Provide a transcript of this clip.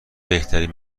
بهترین